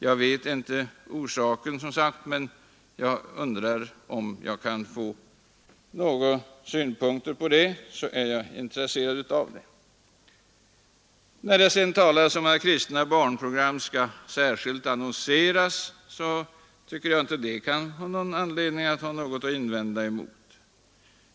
Jag vet som sagt inte orsaken, och jag är intresserad av att få höra några synpunkter på denna problematik. Det talas om att kristna barnprogram särskilt skall annonseras. Jag tycker inte det kan finnas någon anledning att resa invändningar mot ett sådant önskemål.